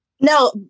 No